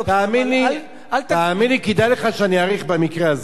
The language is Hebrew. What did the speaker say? תאמין לי, כדאי לך שאאריך במקרה הזה.